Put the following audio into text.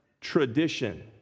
tradition